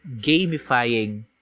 gamifying